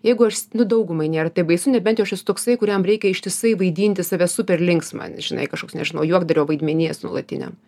jeigu aš nu daugumai nėra taip baisu nebent jau aš esu toksai kuriam reikia ištisai vaidinti save super linksmą žinai kažkoks nežinau juokdario vaidmeny esu nuolatiniam